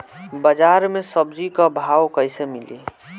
बाजार मे सब्जी क भाव कैसे मिली?